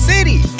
City